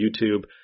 YouTube